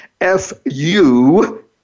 F-U